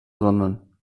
sondern